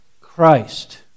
Christ